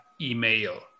email